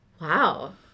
wow